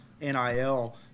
NIL